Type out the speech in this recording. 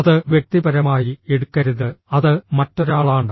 അത് വ്യക്തിപരമായി എടുക്കരുത് അത് മറ്റൊരാളാണ്